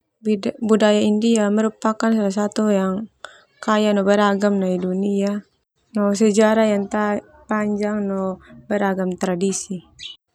Budaya India merupakan salah satu yang kaya no beragam di dunia, no sejarah yang ta panjang no beragam tradisi.